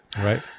Right